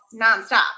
nonstop